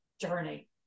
journey